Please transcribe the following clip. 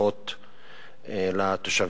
לפחות לתושבים.